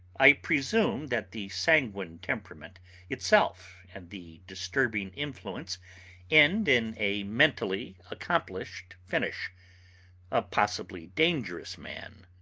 i presume that the sanguine temperament itself and the disturbing influence end in a mentally-accomplished finish a possibly dangerous man,